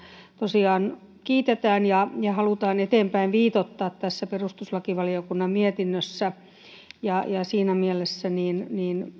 tosiaan kiitetään ja halutaan eteenpäin viitoittaa tässä perustuslakivaliokunnan mietinnössä siinä mielessä